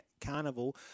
carnival